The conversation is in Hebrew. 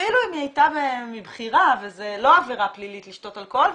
אפילו אם היא הייתה מבחירה וזה לא עבירה פלילית לשתות אלכוהול,